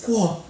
!wah!